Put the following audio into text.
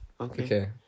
Okay